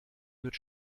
wird